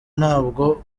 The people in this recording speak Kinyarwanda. nabwo